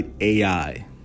AI